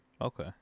okay